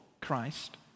Christ